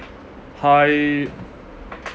high